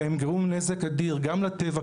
והם יגרמו נזק אדיר גם לטבע,